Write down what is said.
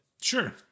Sure